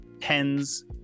pens